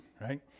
right